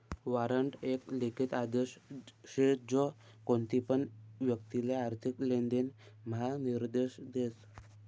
warrant एक लिखित आदेश शे जो कोणतीपण व्यक्तिले आर्थिक लेनदेण म्हा निर्देश देस